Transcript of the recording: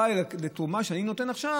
בתרומה שאני נותן עכשיו,